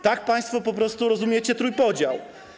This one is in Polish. Tak państwo po prostu rozumiecie trójpodział.